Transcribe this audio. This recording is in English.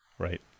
Right